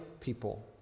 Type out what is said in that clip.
people